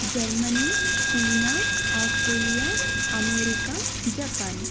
Germany China Australia America Japan